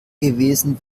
gewesen